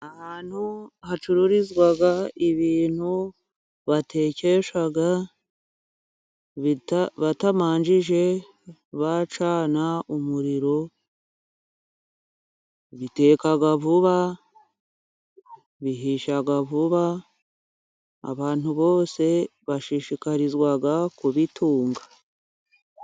Ahantu hacururizwa ibintu batekesha batabanje bacana umuriro iteka vuba, bihisha vuba abantu bose bashishikarizwa kubitunga.